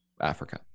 Africa